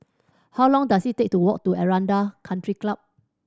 how long does it take to walk to Aranda Country Club